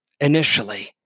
initially